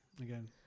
again